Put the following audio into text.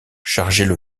chargeaient